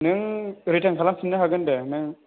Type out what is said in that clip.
नों रिटार्न खालाम फिननो हागोन दे नों